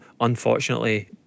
unfortunately